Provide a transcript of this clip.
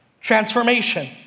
transformation